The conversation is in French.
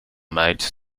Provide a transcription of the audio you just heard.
milles